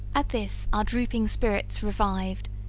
at this our drooping spirits revived,